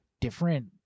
different